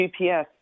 GPS